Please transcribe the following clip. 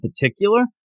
particular